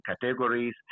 categories